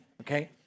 okay